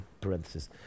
parenthesis